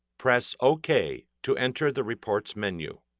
press ok to enter the reports menu.